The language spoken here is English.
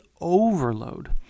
overload